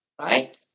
right